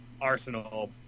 Arsenal